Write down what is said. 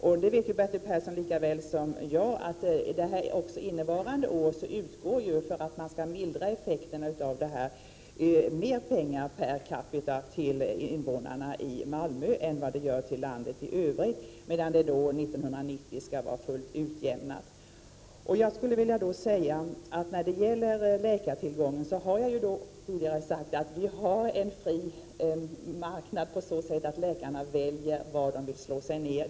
Bertil Persson vet ju lika väl som jag att för att man skall mildra effekterna av detta utgår innevarande år mer pengar per capita till invånarna i Malmö än till dem i landet i övrigt, medan det 1990 skall vara fullt utjämnat. När det gäller läkartillgången har jag tidigare sagt att vi har en fri marknad på så sätt att läkarna väljer var de vill slå sig ner.